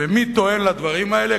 ומי טוען לדברים האלה?